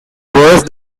worse